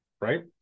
Right